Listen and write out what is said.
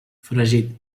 fregit